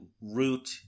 root